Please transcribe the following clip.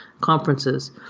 conferences